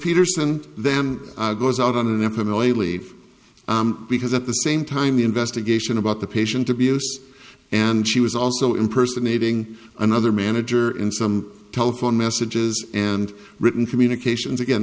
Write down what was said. peterson then goes out on an eprom illegally because at the same time the investigation about the patient abuse and she was also impersonating another manager in some telephone messages and written communications again